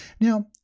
Now